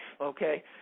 okay